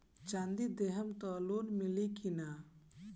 चाँदी देहम त लोन मिली की ना?